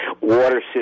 water